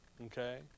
okay